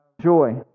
joy